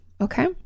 Okay